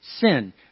sin